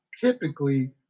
typically